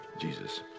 Jesus